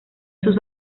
sus